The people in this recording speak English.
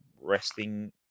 resting